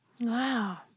Wow